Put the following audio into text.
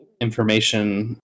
information